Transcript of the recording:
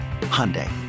Hyundai